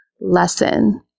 lesson